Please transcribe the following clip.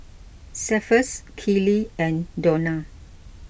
Cephus Kylie and Dawna